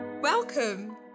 Welcome